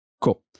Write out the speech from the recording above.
Cool